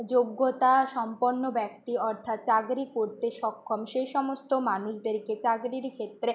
যোগ্যতা সম্পন্ন ব্যক্তি অর্থাৎ চাকরি করতে সক্ষম সেই সমস্ত মানুষদেরকে চাকরির ক্ষেত্রে